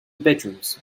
bedrooms